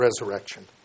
resurrection